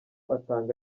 atanga